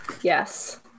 Yes